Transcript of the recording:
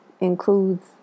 includes